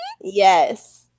Yes